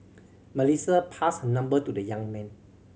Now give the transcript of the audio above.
Melissa passed her number to the young man